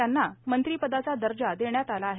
त्यांना मंत्रिपदाचा दर्जा देण्यात आला आहे